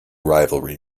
rivalry